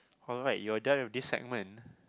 alright you are done with this segment